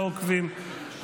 לעוקבים,